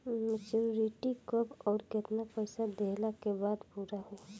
Maturity कब आउर केतना पईसा देहला के बाद पूरा होई?